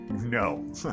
No